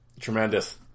tremendous